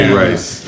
rice